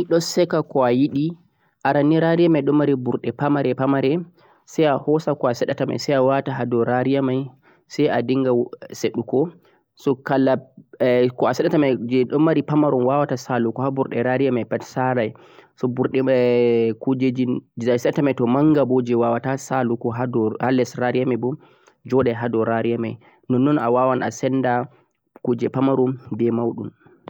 rariya ni don sekka ko a yidi aran ni rariya ni don mari burde pamare-pamare sai a hoosa ko a seddata mei ko awaata haa doo araiya mei sai dingha seddugo so kala ko seddata je don mari pamari waawata burdugo haa pamari rariya mei pad saarai so burdu mei kujeji toh manga boh be waawata saalugo haa doo haa les rariya mei boh joodai haa dai rariya mei non-non awaawan a senda kuje pamarom be maudhum